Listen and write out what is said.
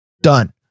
Done